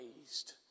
raised